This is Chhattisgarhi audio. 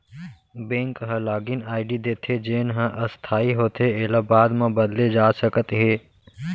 बेंक ह लागिन आईडी देथे जेन ह अस्थाई होथे एला बाद म बदले जा सकत हे